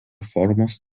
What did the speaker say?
formos